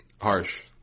harsh